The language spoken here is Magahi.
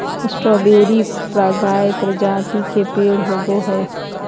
स्ट्रावेरी फ्रगार्य प्रजाति के पेड़ होव हई